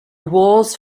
walls